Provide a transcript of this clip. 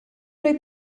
roi